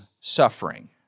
suffering